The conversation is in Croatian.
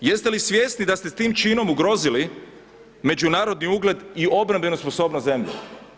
Jeste li svjesni da ste s tim činom ugrozili međunarodni ugled i obrambenu sposobnost zemlje?